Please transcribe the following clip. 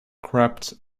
crept